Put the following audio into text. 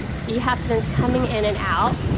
so you have students coming in and out.